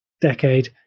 decade